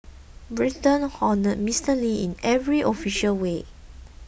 Britain honoured Mister Lee in every official way